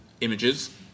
images